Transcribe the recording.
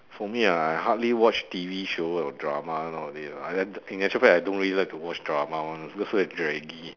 for me ah I hardly watch T_V show or drama nowadays lah in actual fact I don't really like to watch drama [one] cause it's also very draggy